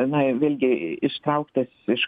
tenaivėlgi ištrauktas iš